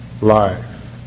life